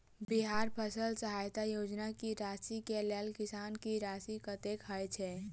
बिहार फसल सहायता योजना की राशि केँ लेल किसान की राशि कतेक होए छै?